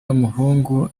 w’umuhungu